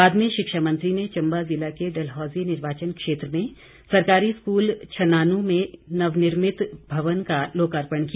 बाद में शिक्षा मंत्री ने चंबा जिला के डलहौजी निर्वाचन क्षेत्र में सरकारी स्कूल छनानू के नवनिर्मित भवन का लोकार्पण किया